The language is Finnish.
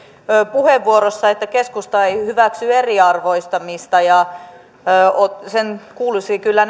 puheenvuorossa että keskusta ei hyväksy eriarvoistamista ja sen kuuluisi kyllä